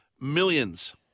millions